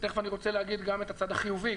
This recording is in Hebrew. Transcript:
מיד אני רוצה להגיד את הצד החיובי,